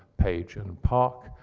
page and park.